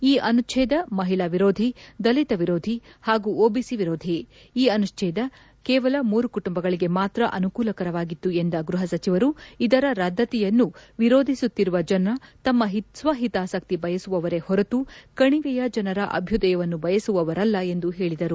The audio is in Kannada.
ಈ ಅನುಚ್ಛೇಧ ಮಹಿಳಾ ವಿರೋಧಿ ದಲಿತ ವಿರೋಧಿ ಹಾಗೂ ಒಬಿಸಿ ವಿರೋಧಿ ಈ ಅನುಚ್ಛೇಧ ಕೇವಲ ಮೂರು ಕುಟುಂಬಗಳಿಗೆ ಮಾತ್ರ ಅನುಕೂಲಕರವಾಗಿತ್ತು ಎಂದ ಗೃಹ ಸಚಿವರು ಇದರ ರದ್ದತಿಯನ್ನು ವಿರೋಧಿಸುತ್ತಿರುವ ಜನ ತಮ್ನ ಸ್ವಹಿತಾಸಕ್ತಿ ಬಯಸುವವರೇ ಹೊರತು ಕಣಿವೆಯ ಜನರ ಅಭ್ಯದಯವನ್ನು ಬಯಸುವವರಲ್ಲ ಎಂದು ಹೇಳದರು